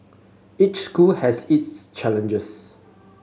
each school has its challenges